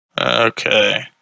Okay